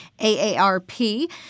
AARP